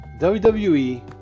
WWE